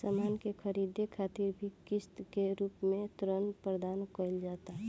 सामान के ख़रीदे खातिर भी किस्त के रूप में ऋण प्रदान कईल जाता